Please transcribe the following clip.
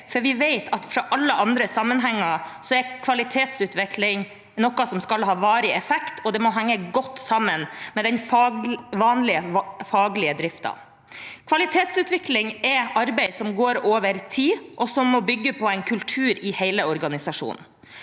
for vi vet fra alle andre sammenhenger at kvalitetsutvikling som skal ha varig effekt, må henge godt sammen med den vanlige faglige driften. Kvalitetsutvikling er arbeid som går over tid, og som må bygge på en kultur i hele organisasjonen.